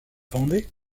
vendée